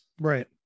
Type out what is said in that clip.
Right